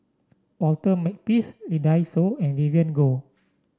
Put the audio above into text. Walter Makepeace Lee Dai Soh and Vivien Goh